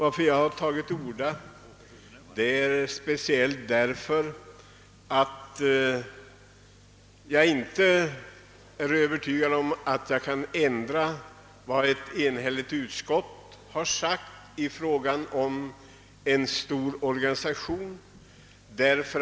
Att jag tar till orda beror, herr talman, inte på att jag tror mig kunna ändra vad ett enhälligt utskott har föreslagit rörande en stor organisation.